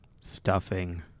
Stuffing